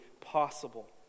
possible